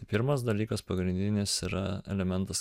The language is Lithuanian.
pirmas dalykas pagrindinis yra elementas